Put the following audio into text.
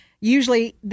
usually